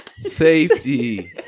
Safety